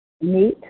meat